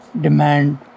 demand